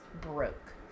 broke